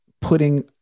putting